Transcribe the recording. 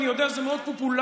אני יודע שזה מאוד פופולרי.